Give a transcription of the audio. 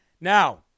now